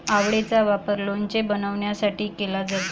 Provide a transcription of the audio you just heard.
आवळेचा वापर लोणचे बनवण्यासाठी केला जातो